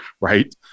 Right